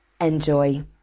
enjoy